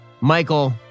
Michael